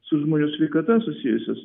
su žmonių sveikata susijusias